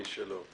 שלום,